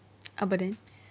abuden